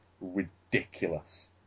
ridiculous